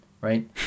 Right